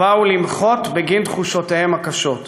ובאו למחות בגין תחושותיהם הקשות.